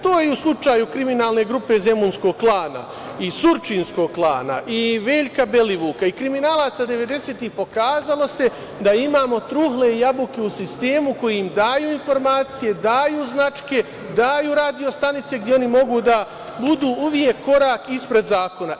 To je i u slučaju kriminalne grupe zemunskog klana i surčinskog klana i Veljka Belivuka i kriminalaca 90-ih, pokazalo se da imamo trule jabuke u sistemu koje im daju informacije, daju značke, daju radio stanice gde oni mogu da budu uvek korak ispred zakona.